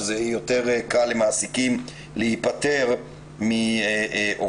שמקלה על מעסיקים להיפטר מעובדים.